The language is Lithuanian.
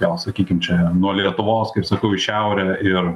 gal sakykim čia nuo lietuvos kaip sakau į šiaurę ir